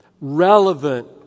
relevant